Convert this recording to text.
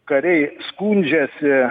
kariai skundžiasi